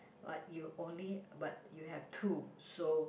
but you've only but you have two so